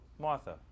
Martha